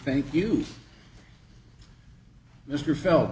thank you mr fel